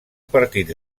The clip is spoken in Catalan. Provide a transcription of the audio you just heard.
partits